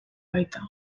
baita